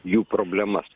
jų problemas